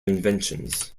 inventions